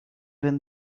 when